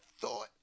thought